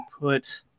put